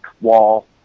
wall